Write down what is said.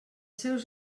seus